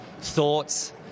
thoughts